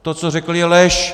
To, co řekl, je lež!